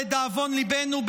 לדאבון ליבנו,